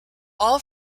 all